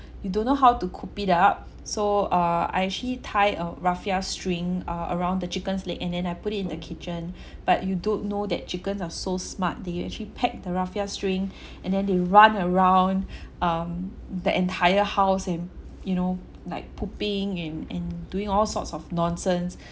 you don't know how to coop it up so uh I actually tie a raffia string uh around the chicken's leg and then I put it in the kitchen but you don't know that chickens are so smart they actually peck the raffia string and then they run around um that entire house and you know like pooping and and doing all sorts of nonsense